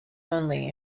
only